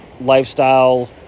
lifestyle